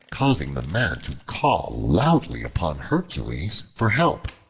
causing the man to call loudly upon hercules for help.